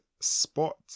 spot